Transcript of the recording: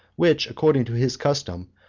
which, according to his custom,